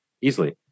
easily